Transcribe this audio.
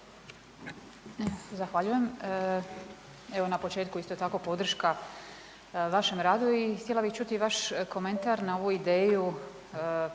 zahvaljujem. Evo na početku isto tako podrška vašem radu i htjela bih čuti vaš komentar na ovu ideju predsjednika